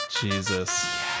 Jesus